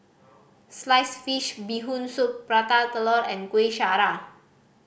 sliced fish Bee Hoon Soup Prata Telur and Kuih Syara